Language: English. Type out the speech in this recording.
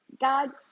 God